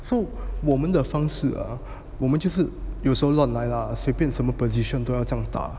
so 我们的方式我们就是有时候乱来啦随便什么 position 都要这样打